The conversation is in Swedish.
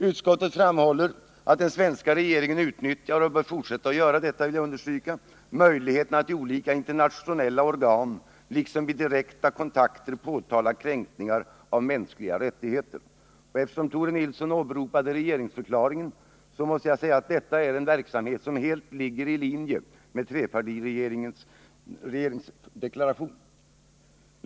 Utskottet framhåller att den svenska regeringen utnyttjar möjligheterna — och jag vill understryka att den bör fortsätta göra detta — att i olika internationella organ liksom vid direkta kontakter påtala kränkningar av mänskliga rättigheter. Eftersom Tore Nilsson åberopade regeringsförklaringen måste jag säga att detta är en verksamhet som helt ligger i linje med trepartiregeringens deklaration.